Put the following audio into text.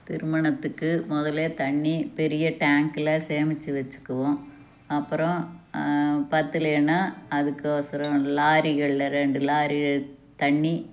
திருமணத்திற்க்கு முதலே தண்ணி பெரிய டேங்க்கில் சேமித்து வச்சிக்குவோம் அப்பறம் பற்றலேனா அதுக்கு ஒசரோம் லாரிகளில் ரெண்டு லாரி தண்ணி